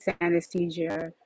anesthesia